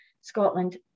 Scotland